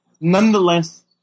nonetheless